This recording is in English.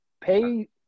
pay